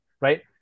right